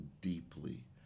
deeply